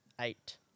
Eight